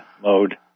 mode